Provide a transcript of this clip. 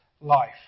life